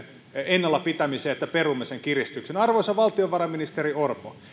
ennalla pitämiseen niin että perumme sen kiristyksen arvoisa valtiovarainministeri orpo